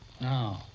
No